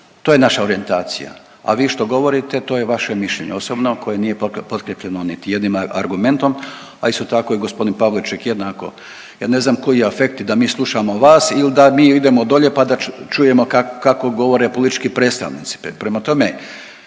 to je naša orijentacija, a vi što govorite to je vaše mišljenje osobno koje nije potkrijepljeno niti jednim argumentom, a isto tako je gospodin Pavliček jednako, ja ne znam koji afekti da mi slušamo vas ili da mi idemo dolje pa da čujemo kako govore politički predstavnici.